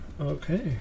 Okay